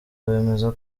bemeza